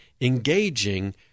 engaging